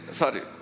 sorry